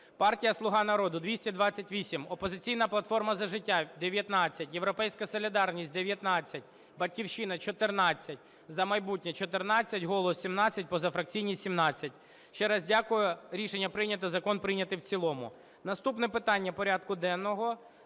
Партія "Слуга народу" – 228, "Опозиційна платформа - За життя" – 19, "Європейська солідарність" – 19, "Батьківщина" – 14, "За майбутнє" – 14, "Голос" – 17, позафракційні – 17. Ще раз дякую. Рішення прийнято. Закон прийнятий в цілому. Наступне питання порядку денного